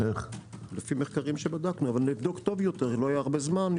לפי מחקרים שבדקנו אבל נבדוק טוב יותר בפעם